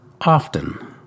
often